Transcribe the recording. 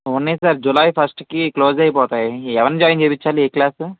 ఉన్నాయి sir July ఫస్ట్కి close అయిపోతాయి ఎవరిని జాయిన్ చేపించాలి ఏ క్లాస్ సార్